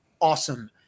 awesome